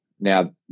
Now